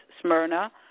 Smyrna